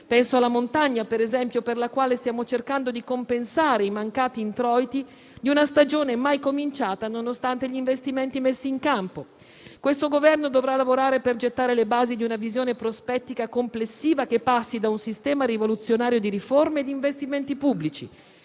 Penso alla montagna, ad esempio, per la quale stiamo cercando di compensare i mancati introiti di una stagione mai cominciata, nonostante gli investimenti messi in campo. Questo Governo dovrà lavorare per gettare le basi di una visione prospettica complessiva che passi da un sistema rivoluzionario di riforme e di investimenti pubblici: